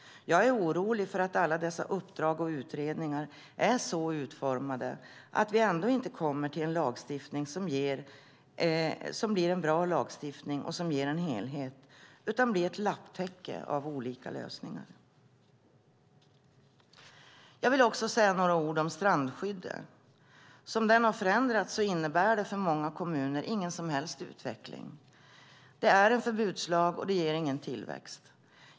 Jag är orolig för att alla dessa uppdrag och utredningar är så utformade att vi ändå inte stiftar en lag som är bra och ger en helhet utan blir ett lapptäcke av olika lösningar. Jag vill också säga några ord om strandskyddet. På det sättet strandskyddet har förändrats innebär det för många kommuner ingen som helst utveckling. Det är en förbudslag, och den ger ingen tillväxt.